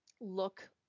look